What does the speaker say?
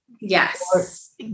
yes